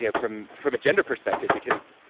you know from from a gender perspective because,